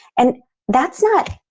and that's not,